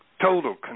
total